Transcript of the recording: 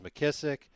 McKissick